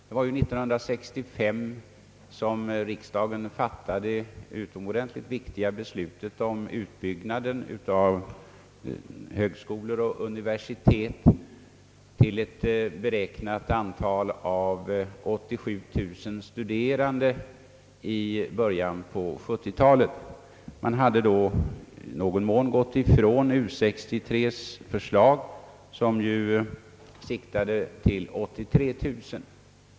Det var år 1965 som riksdagen fattade det utomordentligt viktiga beslutet om utbyggnaden av högskolor och universitet för ett beräknat antal av 87 0009 studerande i början på 1970 talet. Man hade då i någon mån gått ifrån det av U 63 framlagda förslaget, som siktade till 83 000 studerande.